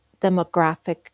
demographic